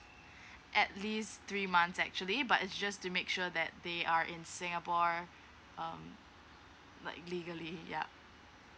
at least three months actually but it's just to make sure that they are in singapore um like legally yeah